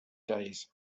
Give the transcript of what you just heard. days